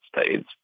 States